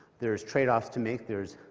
there's trade-offs to make. there's